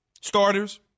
starters